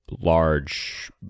large